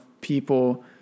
people